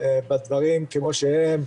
בדברים כמו שהם,